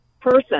person